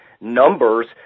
numbers –